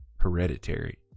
Hereditary